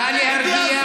--- נא להרגיע.